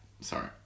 Sorry